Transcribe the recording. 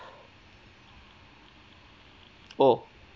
oh